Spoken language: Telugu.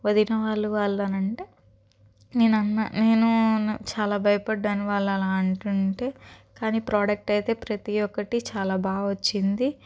వదిన వాళ్ళు వాళ్ళు అంటే నేను అన్న నేను చాలా భయపడ్డాను వాళ్ళు అలా అంటుంటే కానీ ప్రోడక్ట్ అయితే ప్రతి ఒక్కటి చాలా బాగా వచ్చింది